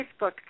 Facebook